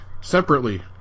separately